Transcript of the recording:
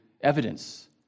evidence